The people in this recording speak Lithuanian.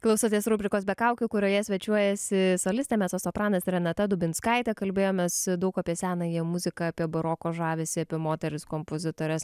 klausotės rubrikos be kaukių kurioje svečiuojasi solistė mecosopranas renata dubinskaitė kalbėjomės daug apie senąją muziką apie baroko žavesį apie moteris kompozitores